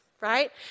right